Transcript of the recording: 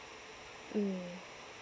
mm